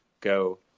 go